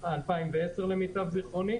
למיטב זיכרוני.